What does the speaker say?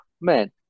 Man